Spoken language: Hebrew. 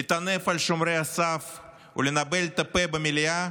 לטנף על שומרי הסף ולנבל את הפה במליאה,